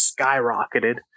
skyrocketed